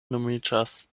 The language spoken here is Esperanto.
nomiĝas